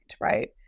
right